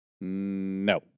No